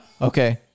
Okay